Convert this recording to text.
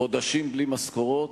חודשים בלי משכורות.